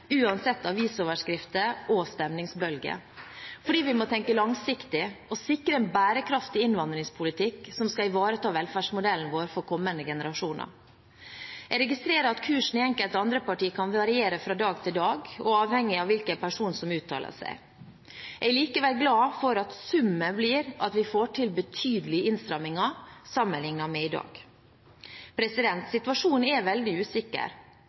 uansett avisoverskrifter og stemningsbølger, fordi vi må tenke langsiktig og sikre en bærekraftig innvandringspolitikk som skal ivareta velferdsmodellen vår for kommende generasjoner. Jeg registrerer at kursen i enkelte andre partier kan variere fra dag til dag og avhengig av hvilken person som uttaler seg. Jeg er likevel glad for at summen blir at vi får til betydelige innstramninger sammenlignet med i dag. Situasjonen er veldig usikker.